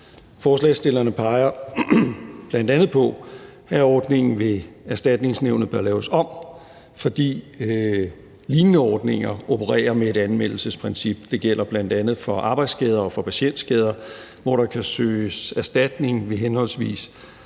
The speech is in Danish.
Forslagsstillerne peger bl.a. på, at ordningen ved Erstatningsnævnet bør laves om, fordi lignende ordninger opererer med et anmeldelsesprincip. Det gælder bl.a. for arbejdsskader og for patientskader, hvor der kan søges erstatning ved henholdsvis